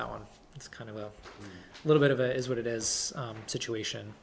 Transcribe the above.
that one it's kind of a little bit of it is what it is situation